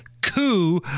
coup